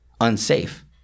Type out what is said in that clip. Unsafe